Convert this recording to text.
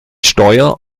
steuer